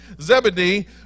Zebedee